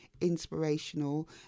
inspirational